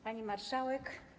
Pani Marszałek!